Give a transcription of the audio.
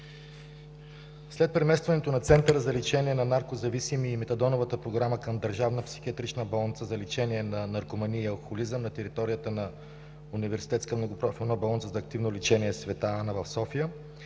След преместването на Центъра за лечение на наркозависими и Метадоновата програма към Държавната психиатрична болница за лечение на наркомании и алкохолизъм на територията на Университетската многопрофилна болница за активно лечение „Св. Анна“ в София,